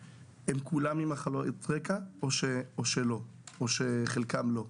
כולם עם מחלות רקע או שחלקם לא?